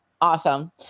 Awesome